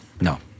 No